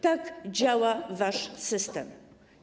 Tak działa wasz system.